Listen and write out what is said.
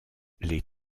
les